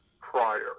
prior